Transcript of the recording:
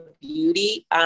beauty